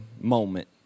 moment